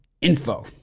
info